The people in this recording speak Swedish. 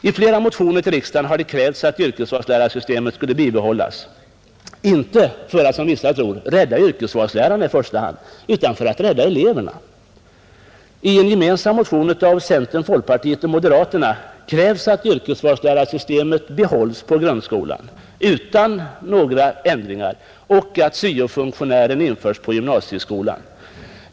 I flera motioner till riksdagen har det krävts att yrkesvalslärarsystemet skulle bibehållas, inte för att som vissa tror rädda yrkesvalslärarna i första hand utan för att rädda eleverna, I en gemensam motion av centerpartiet, folkpartiet och moderata samlingspartiet krävs att yrkesvalslärarsystemet bibehålles på grundskolan utan några ändringar och att syo-funktionären införs på gymnasieskolan.